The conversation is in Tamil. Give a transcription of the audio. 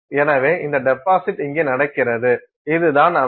எனவே இந்த டெபாசிட் இங்கே நடக்கிறது இதுதான் அமைப்பு